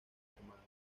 armados